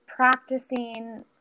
practicing